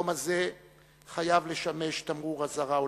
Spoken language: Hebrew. היום הזה חייב לשמש תמרור אזהרה עולמי,